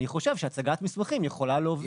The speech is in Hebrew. אני חושב שהצגת מסמכים יכולה להוביל --- אם